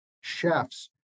chefs